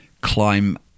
climb